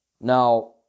Now